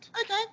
Okay